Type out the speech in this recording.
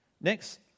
Next